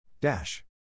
Dash